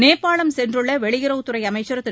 நேபாளம் சென்றுள்ள வெளியுறவுத்துறை அமைச்சர் திரு